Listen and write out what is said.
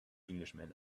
englishman